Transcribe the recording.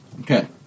Okay